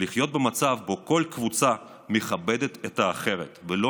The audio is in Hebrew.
לחיות במצב שבו כל קבוצה מכבדת את האחרת ולא